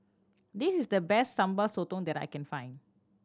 this is the best Sambal Sotong that I can find